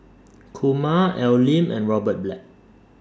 Kumar Al Lim and Robert Black